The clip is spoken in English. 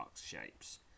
shapes